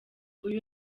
uyu